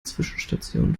zwischenstation